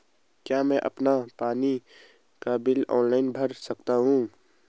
क्या मैं अपना पानी का बिल ऑनलाइन भर सकता हूँ?